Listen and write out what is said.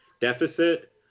deficit